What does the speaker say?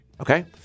Okay